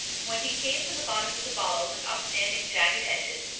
when he came to the bottom of the bottle with upstanding, jagged edges,